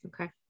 Okay